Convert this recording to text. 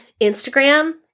Instagram